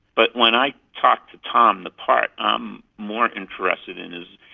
but when i talked to tom, the part i'm more interested in is,